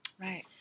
Right